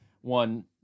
one